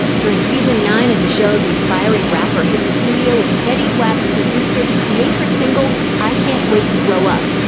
during season nine of the show, the aspiring rapper hit the studio with fetty wap's producer to create her single, i can't wait to grow up.